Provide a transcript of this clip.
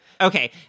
Okay